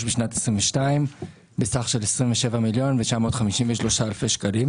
בשנת 2022 בסך של 27,953,000 שקלים,